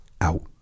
out